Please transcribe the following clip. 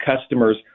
customers